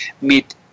meet